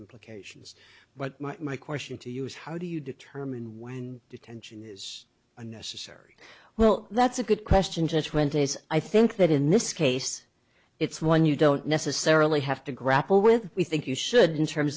implications but my question to use how do you determine when detention is unnecessary well that's a good question to twenty's i think that in this case it's one you don't necessarily have to grapple with we think you should in terms